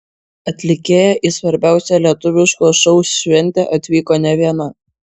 atlikėja į svarbiausią lietuviško šou šventę atvyko ne viena